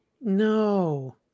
No